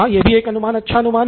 ये भी एक अच्छा अनुमान है